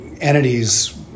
entities